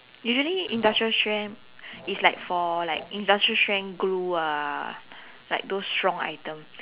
usually industrial strength is like for like industrial strength glue ah like those strong items